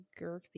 girthy